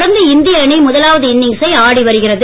தொடர்ந்து இந்திய அணி முதலாவது இன்னிங்சை ஆடி வருகிறது